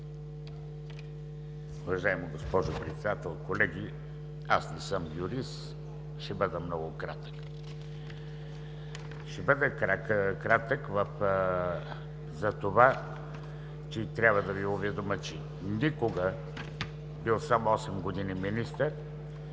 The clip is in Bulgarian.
Уважаема госпожо Председател, колеги! Аз не съм юрист и ще бъда много кратък. Ще бъдат кратък и трябва да Ви уведомя, че никога – бил съм осем години министър,